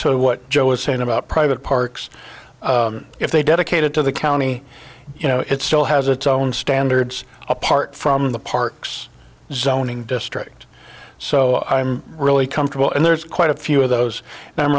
what joe is saying about private parks if they dedicated to the county you know it still has its own standards apart from the parks zoning district so i'm really comfortable and there's quite a few of those and i'm